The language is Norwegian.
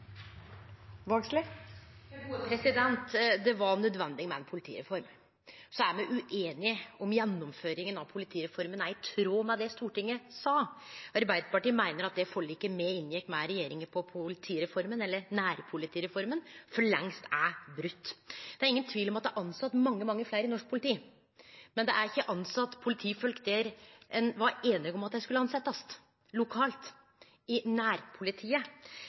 er i tråd med det Stortinget sa. Arbeidarpartiet meiner at det forliket me inngjekk med regjeringa om nærpolitireforma, for lengst er brote. Det er ingen tvil om at det er tilsett mange, mange fleire i norsk politi, men det er ikkje tilsett politifolk der ein var einig om at dei skulle tilsetjast: lokalt, i nærpolitiet.